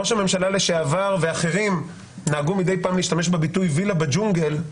ראש הממשלה לשעבר ואחרים נהגו מדי פעם להשתמש בביטוי: "וילה בג'ונגל".